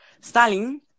Stalin